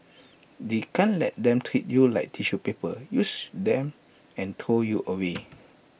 you can't let them treat you like tissue paper use then throw you away